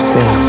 Say